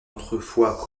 autrefois